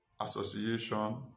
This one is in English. association